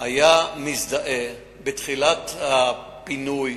היה מזדהה בתחילת הפינוי,